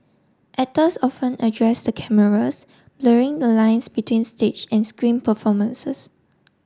actors often addressed the cameras blurring the lines between stage and screen performances